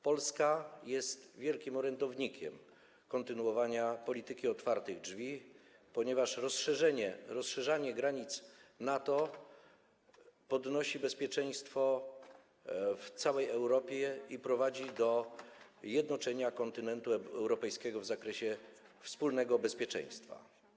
Polska jest wielkim orędownikiem kontynuowania polityki otwartych drzwi, ponieważ rozszerzanie granic NATO podnosi bezpieczeństwo w całej Europie i prowadzi do jednoczenia kontynentu europejskiego w zakresie wspólnego bezpieczeństwa.